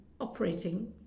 operating